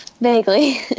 Vaguely